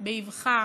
באבחה